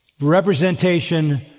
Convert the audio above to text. representation